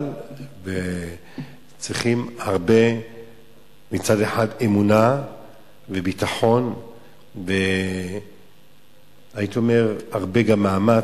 אבל צריכים מצד אחד הרבה אמונה וביטחון והייתי אומר גם הרבה מאמץ,